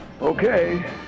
Okay